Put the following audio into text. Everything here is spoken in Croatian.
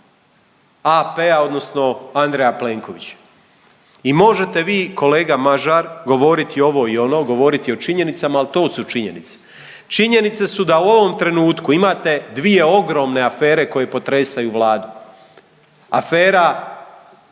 AP-a odnosno Andreja Plenkovića. I možete vi kolega Mažar govoriti ovo i ono, govoriti o činjenicama, al to su činjenice, činjenice su da u ovom trenutku imate dvije ogromne afere koje potresaju Vladu, afera